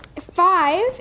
Five